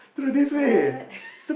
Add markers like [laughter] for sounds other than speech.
what [laughs]